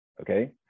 okay